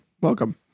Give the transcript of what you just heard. Welcome